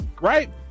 right